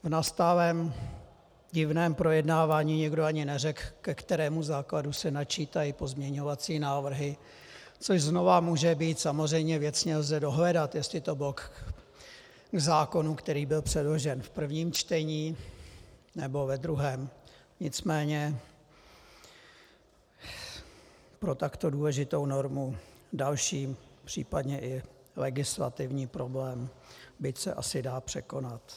V nastalém divném projednávání nikdo ani neřekl, ke kterému základu se načítají pozměňovací návrhy, což znova může být samozřejmě věcně lze dohledat, jestli to bylo k zákonu, který byl předložen v prvním čtení, nebo ve druhém nicméně pro takto důležitou normu další případně i legislativní problém, byť se asi dá překonat.